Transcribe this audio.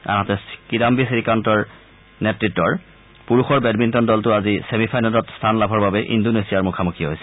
আনহাতে কিদাম্বী শ্ৰীকান্তৰ নেতৃত্বৰ পুৰুষৰ বেডমিণ্টন দলটো আজি ছেমি ফাইনেলত স্থান লাভৰ বাবে ইণ্ডোনেছিয়াৰ সৈতে মুখামুখি হৈছে